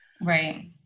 Right